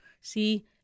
see